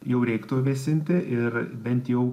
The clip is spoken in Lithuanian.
jau reiktų vėsinti ir bent jau